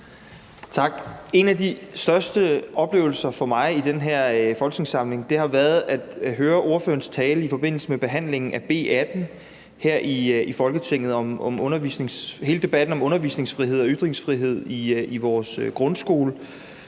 En af de største oplevelser for mig i den her folketingssamling har været at høre ordførerens tale i forbindelse med behandlingen af B 18 her i Folketinget – hele debatten om undervisningsfrihed og ytringsfrihed i vores grundskole